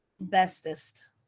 bestest